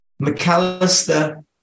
McAllister